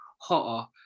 hotter